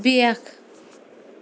بیاکھ